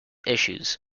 issues